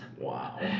Wow